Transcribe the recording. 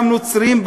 וגם נוצריים,